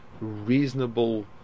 reasonable